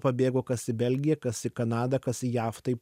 pabėgo kas į belgiją kas į kanadą kas į jav taip